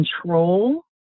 control